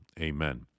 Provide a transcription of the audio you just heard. Amen